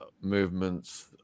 movements